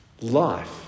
life